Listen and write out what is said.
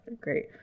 great